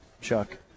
Chuck